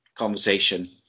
conversation